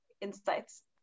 insights